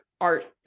art